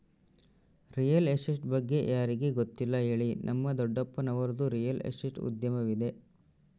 real estate ಬಗ್ಗೆ ಯಾರಿಗೆ ಗೊತ್ತಿಲ್ಲ ಹೇಳಿ, ನಮ್ಮ ದೊಡ್ಡಪ್ಪನವರದ್ದು ರಿಯಲ್ ಎಸ್ಟೇಟ್ ಉದ್ಯಮವಿದೆ